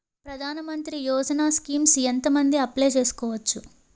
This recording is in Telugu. ప్రధాన మంత్రి యోజన స్కీమ్స్ ఎంత మంది అప్లయ్ చేసుకోవచ్చు?